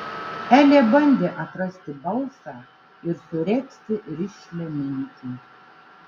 elė bandė atrasti balsą ir suregzti rišlią mintį